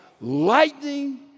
lightning